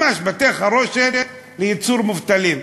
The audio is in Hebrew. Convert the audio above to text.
ממש בתי-חרושת לייצור מובטלים.